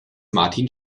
martin